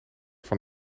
van